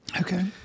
Okay